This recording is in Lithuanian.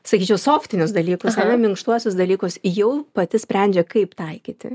sakyčiau softinius dalykus ar ne minkštuosius dalykus jau pati sprendžia kaip taikyti